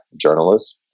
journalist